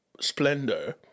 splendor